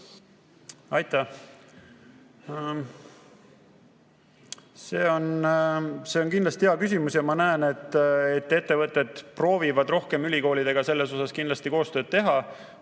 Aitäh! See on kindlasti hea küsimus. Ma näen, et ettevõtted proovivad rohkem ülikoolidega selles koostööd teha.